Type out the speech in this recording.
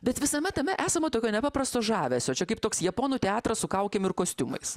bet visame tame esama tokio nepaprasto žavesio čia kaip toks japonų teatras su kaukėm ir kostiumais